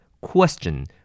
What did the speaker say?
Question